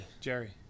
Jerry